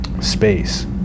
space